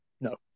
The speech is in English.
No